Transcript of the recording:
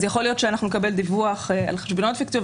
אז יכול להיות שאנחנו נקבל דיווח על חשבוניות פיקטיביות,